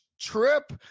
trip